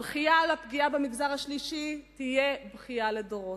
הבכייה על הפגיעה במגזר השלישי תהיה בכייה לדורות.